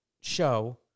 show